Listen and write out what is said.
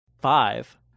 Five